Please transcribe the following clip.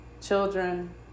children